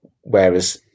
whereas